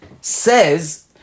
says